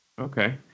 Okay